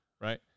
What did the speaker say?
Right